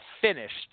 finished